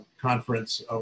conference